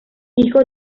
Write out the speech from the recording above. hijo